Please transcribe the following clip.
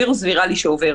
וירוס ויראלי שעובר